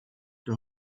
the